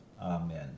Amen